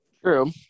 true